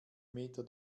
meter